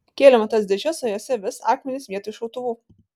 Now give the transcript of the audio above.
kėlėme tas dėžes o jose vis akmenys vietoj šautuvų